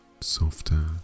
softer